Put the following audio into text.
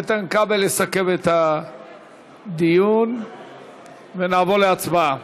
איתן כבל יסכם את הדיון ונעבור להצבעה.